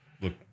Look